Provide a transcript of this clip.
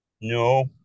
No